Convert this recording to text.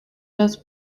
los